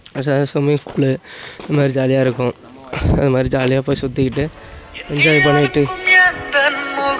resort swimming pool இது மாதிரி ஜாலியாக இருக்கும் அது மாதிரி ஜாலியாக போய் சுற்றிக்கிட்டு என்ஜாய் பண்ணிக்கிட்டு